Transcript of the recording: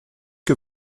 que